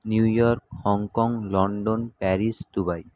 New York Hong Kong London Paris Dubai